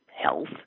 health